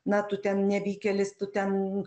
na tu ten nevykėlis tu ten